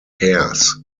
hairs